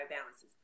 balances